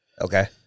Okay